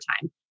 time